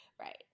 right